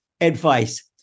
advice